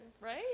Right